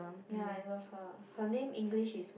ya I love her her name English is what